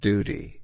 Duty